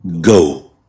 Go